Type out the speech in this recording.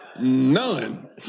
None